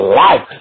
life